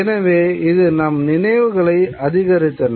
எனவே இது நம் நினைவுகளை அதிகரித்தன